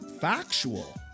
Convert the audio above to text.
factual